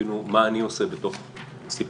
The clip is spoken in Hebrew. שיבינו מה אני עושה בתוך הסיפור.